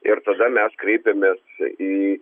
ir tada mes kreipėmės į